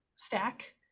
stack